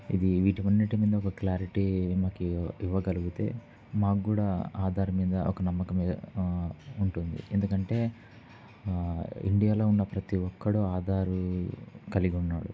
ఇది వీటి అన్నిటి మీద ఒక క్లారిటీ మాకు ఇవ్వగలిగితే మాక్కూడా ఆధార మీద ఒక నమ్మకం ఉంటుంది ఎందుకంటే ఇండియాలో ఉన్న ప్రతి ఒక్కడు ఆధార్ కలిగి ఉన్నాడు